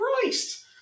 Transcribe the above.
Christ